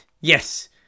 Yes